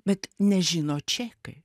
bet nežino čekai